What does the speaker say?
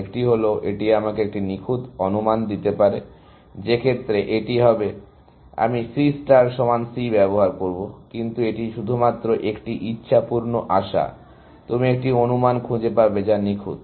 একটি হল এটি আমাকে একটি নিখুঁত অনুমান দিতে পারে যে ক্ষেত্রে এটি হবে আমি C ষ্টার সমান C ব্যবহার করব কিন্তু এটি শুধুমাত্র একটি ইচ্ছাপূর্ণ আশা তুমি একটি অনুমান খুঁজে পাবে যা নিখুঁত